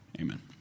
amen